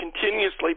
continuously